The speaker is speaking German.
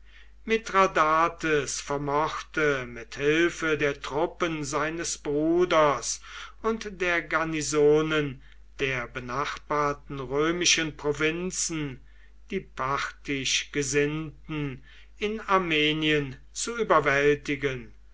mithradates vermochte mit hilfe der truppen seines bruders und der garnisonen der benachbarten römischen provinzen die parthisch gesinnten in armenien zu überwältigen